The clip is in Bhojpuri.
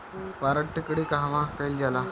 पारद टिक्णी कहवा कयील जाला?